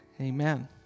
Amen